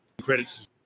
credits